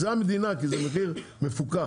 זה המדינה, כי זה מחיר מפוקח.